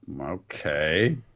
Okay